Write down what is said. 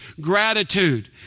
Gratitude